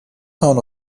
town